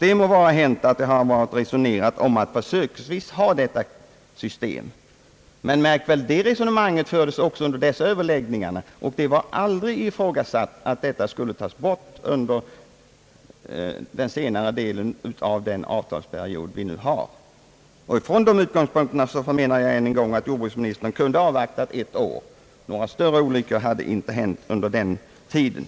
Det må vara hänt att man resonerat om att försöksvis tillämpa detta system, men märk väl: under dessa överläggningar som ligger till grund för propositionen, ifrågasattes det aldrig att systemet skulle tas bort under återstoden av avtalsperioden. Från dessa utgångspunkter vill jag än en gång framhålla att jordbruksministern kunde ha avvaktat ett år. Någon större olycka hade inte hänt under den tiden.